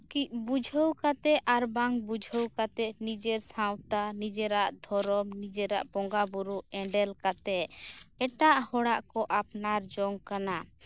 ᱵᱩᱡᱷᱟᱹᱣ ᱠᱟᱛᱮ ᱟᱨ ᱵᱟᱝ ᱵᱩᱡᱷᱟᱹᱣ ᱠᱟᱛᱮ ᱱᱤᱡᱮᱨ ᱥᱟᱶᱛᱟ ᱱᱤᱡᱮᱨᱟᱜ ᱫᱷᱚᱨᱚᱢ ᱱᱤᱡᱮᱨᱟᱜ ᱵᱚᱸᱜᱟ ᱵᱳᱨᱳ ᱮᱸᱰᱮᱞ ᱠᱟᱛᱮ ᱮᱴᱟᱜ ᱦᱚᱲᱟᱜ ᱠᱚ ᱟᱯᱱᱟᱨ ᱡᱚᱝ ᱠᱟᱱᱟ